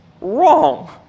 wrong